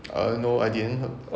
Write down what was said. eh no I didn't heard